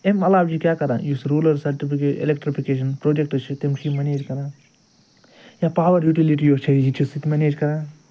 اَمہِ علاوٕ یہِ کیٛاہ کَران یُس روٗلر سَٹفیکے ایلکٹٕرفِکیٚشن پرٛوجٮ۪کٹہٕ چھِ تِم چھِ یِم منیج کَران یا پاور یُٹِلِٹی یۄس چھِ یہِ چھُ سُہ تہِ منیج کَران